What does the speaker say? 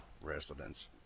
residents